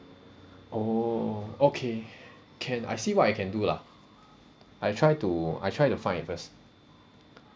oh okay can I see what I can do lah I try to I try to find it first